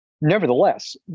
nevertheless